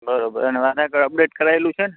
બરોબર અને Aadhaar card update કરાવેલું છે ને